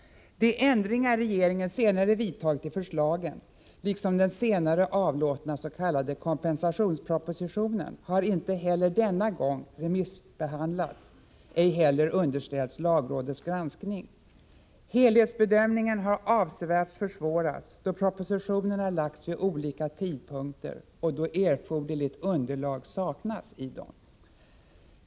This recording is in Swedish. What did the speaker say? De ändringar regeringen senare vidtagit i förslagen liksom den senare avlåtna s.k. kompensationspropositionen har inte heller denna gång remissbehandlats, ej heller underställts lagrådets granskning. Helhetsbedömningen har avsevärt försvårats då propositionerna framlagts vid olika tidpunkter och då erforderligt underlag saknas.